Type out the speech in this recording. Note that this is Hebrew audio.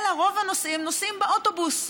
אלא רוב הנוסעים נוסעים באוטובוס,